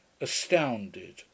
astounded